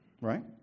right